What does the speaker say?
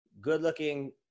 good-looking